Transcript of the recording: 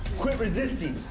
quit resisting.